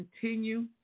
continue